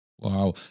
Wow